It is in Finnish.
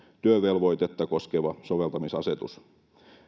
työvelvoitetta koskeva soveltamisasetus